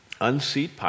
unseat